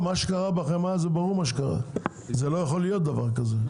זה ברור מה שקרה בחמאה כי זה לא יכול להיות דבר כזה.